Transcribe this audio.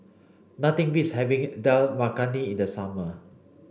nothing beats having Dal Makhani in the summer